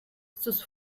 sus